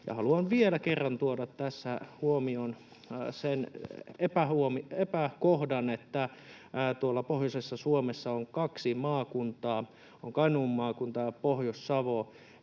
Haluan vielä kerran tuoda tässä huomioon tämän epäkohdan: Kun tuolla pohjoisessa Suomessa on kaksi maakuntaa, on Kainuun maakunta ja Pohjois-Savo,